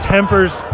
Tempers